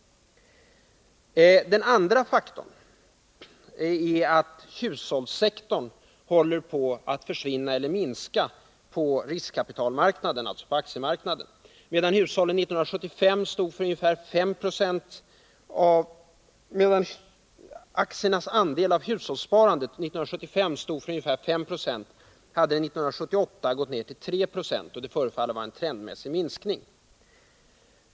Den andra faktorn är att hushållssektorn håller på att försvinna eller minska på riskkapitalmarknaden, alltså på aktiemarknaden. Medan aktiernas andel av hushållssparandet 1975 var ungefär 5 20, hade andelen 1978 gått ned till 3 20, och det förefaller att vara en trendmässig minskning.